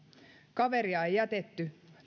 kaveria ei jätetty